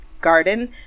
garden